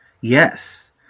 Yes